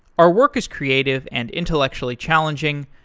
our work is creative and intellectually challenging.